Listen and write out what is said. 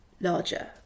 larger